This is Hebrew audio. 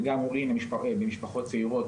וגם הורים במשפחות צעירות,